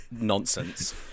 nonsense